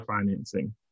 financing